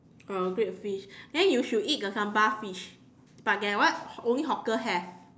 oh grilled fish then you should eat the sambal fish but that one only the hawker have